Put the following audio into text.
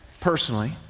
personally